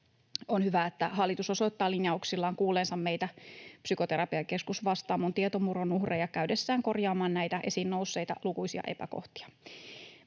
On hyvä, että hallitus osoittaa linjauksillaan kuulleensa meitä Psykoterapiakeskus Vastaamon tietomurron uhreja käydessään korjaamaan näitä esiin nousseita lukuisia epäkohtia.